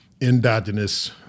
Endogenous